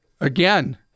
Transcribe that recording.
again